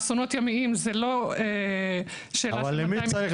אסונות ימיים זה לא שאלה של --- אבל למי צריך